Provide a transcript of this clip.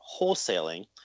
wholesaling